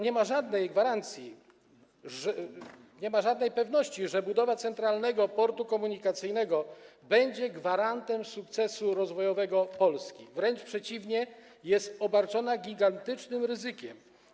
Nie ma żadnej gwarancji, nie ma żadnej pewności, że budowa Centralnego Portu Komunikacyjnego będzie gwarantem sukcesu rozwojowego Polski, wręcz przeciwnie, jest to obarczone gigantycznym ryzykiem.